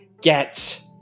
get